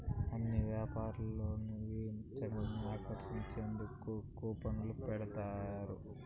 అన్ని యాపారాల్లోనూ జనాల్ని ఆకర్షించేందుకు కూపన్లు పెడతారు